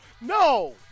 No